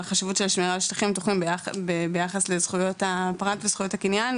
החשיבות של השמירה על שטחים פתוחים ביחד לזכויות הפרט וזכויות הקניין,